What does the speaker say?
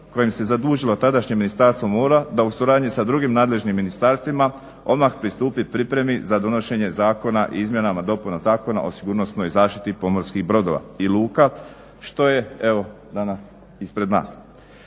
kojim je zadužila tadašnje Ministarstvo mora da u suradnji sa drugim nadležnim ministarstvima odmah pristupi pripremi za donošenje zakona o izmjenama i dopunama Zakona o sigurnosnoj zaštiti pomorskih brodova i luka što je evo danas ispred nas.